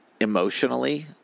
emotionally